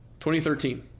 2013